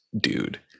dude